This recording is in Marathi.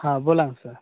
हां बोला ना सर